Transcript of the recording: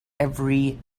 every